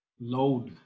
load